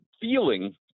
feeling